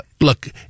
look